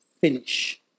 finish